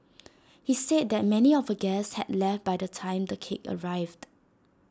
she said that many of her guests had left by the time the cake arrived